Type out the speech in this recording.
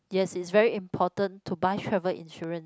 yes it's very important to buy travel insurance